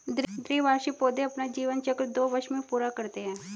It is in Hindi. द्विवार्षिक पौधे अपना जीवन चक्र दो वर्ष में पूरा करते है